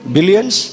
Billions